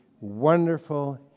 wonderful